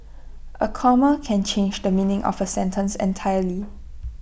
A comma can change the meaning of A sentence entirely